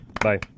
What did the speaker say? Bye